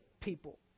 people